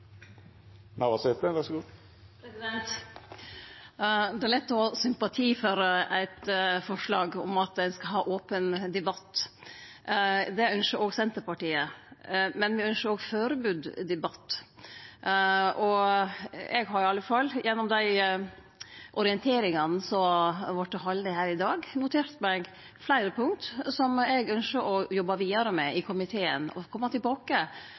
eit forslag om at ein skal ha open debatt. Det ynskjer òg Senterpartiet, men me ynskjer òg førebudd debatt. Eg har i alle fall, gjennom orienteringane som har vorte haldne her i dag, notert meg fleire punkt som eg ynskjer å jobbe vidare med i komiteen, for så å kome tilbake